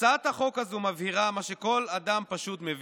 הצעת החוק הזאת מבהירה מה שכל אדם פשוט מבין: